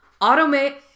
automate